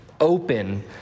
open